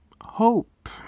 hope